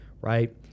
right